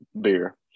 beer